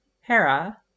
Hera